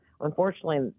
unfortunately